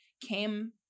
came